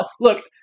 Look –